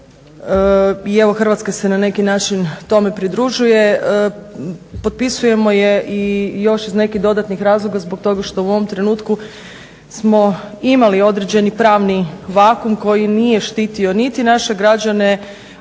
i evo Hrvatska se na neki način tome pridružuje. Potpisujemo je i još iz nekih dodatnih razloga zbog toga što u ovom trenutku smo imali i određeni pravni vakuum koji nije štitio niti naše građane,